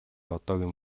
одоогийн